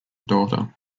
daughter